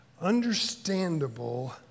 understandable